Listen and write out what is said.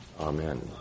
Amen